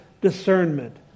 discernment